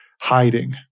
hiding